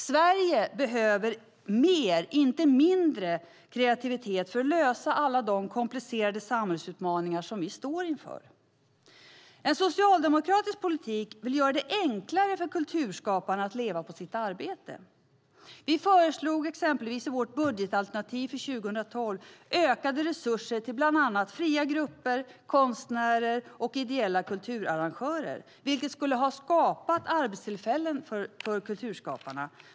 Sverige behöver mer, inte mindre, kreativitet för att lösa alla de komplicerade samhällsutmaningar vi står inför. En socialdemokratisk politik vill göra det enklare för kulturskaparna att leva på sitt arbete. Vi föreslog exempelvis i vårt budgetalternativ för 2012 ökade resurser till bland annat fria grupper, konstnärer och ideella kulturarrangörer, vilket skulle ha skapat arbetstillfällen för kulturskaparna.